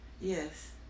Yes